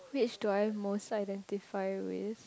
which do I most identify with